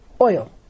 Oil